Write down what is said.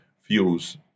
fuels